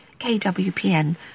KWPN